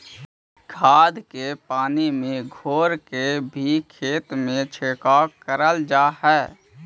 खाद के पानी में घोर के भी खेत में छिड़काव कयल जा हई